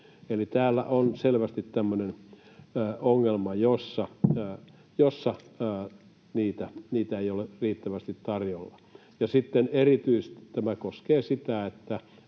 täällä on selvästi tämmöinen ongelma, että niitä ei ole riittävästi tarjolla. Ja sitten erityisesti tämä koskee sitä,